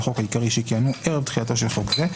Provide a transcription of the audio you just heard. לחוק העיקרי שכיהנו ערב תחילתו של חוק זה,